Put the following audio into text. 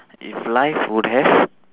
if life would have